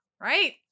right